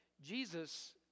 Jesus